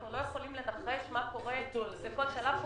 אנחנו לא יכולים לנחש מה קורה בכל שלב.